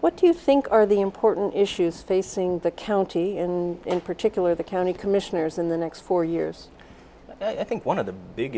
what do you think are the important issues facing the county and in particular the county commissioners in the next four years i think one of the big